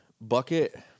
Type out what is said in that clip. bucket